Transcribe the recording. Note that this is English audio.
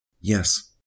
Yes